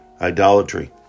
Idolatry